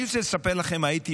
אני רוצה לספר לכם, הייתי